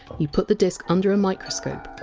you put the disk under a microscope.